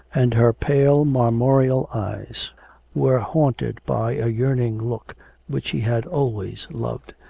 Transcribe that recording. and her pale marmoreal eyes were haunted by a yearning look which he had always loved,